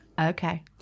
Okay